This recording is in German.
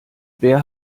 wer